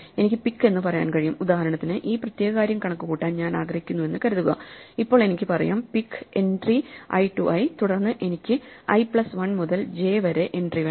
എനിക്ക് പിക്ക് എന്ന് പറയാൻ കഴിയും ഉദാഹരണത്തിന് ഈ പ്രത്യേക കാര്യം കണക്കുകൂട്ടാൻ ഞാൻ ആഗ്രഹിക്കുന്നുവെന്ന് കരുതുക ഇപ്പോൾ എനിക്ക് പറയാം pick entry i to i തുടർന്ന് എനിക്ക് i പ്ലസ് 1 മുതൽ j വരെ എൻട്രി വേണം